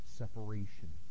separation